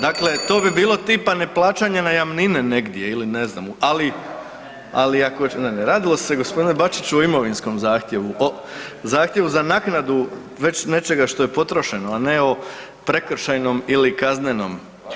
Dakle, to bi bilo tipa ne plaćanje najamnine negdje ili ne znam, ali ne, ne radilo se g. Bačiću o imovinskom zahtjevu, o zahtjevu za naknadu već nečega što je potrošeno, a ne o prekršajnom ili kaznenom.